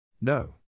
No